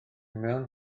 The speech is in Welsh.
mewn